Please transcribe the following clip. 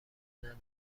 ندارم